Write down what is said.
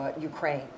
Ukraine